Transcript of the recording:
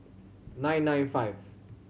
nine nine five